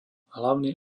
hlavný